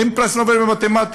אין פרס נובל במתמטיקה.